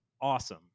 awesome